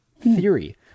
theory